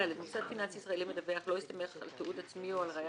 מוסד פיננסי ישראלי מדווח לא יסתמך על תיעוד עצמי או על ראיה